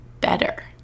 better